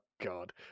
God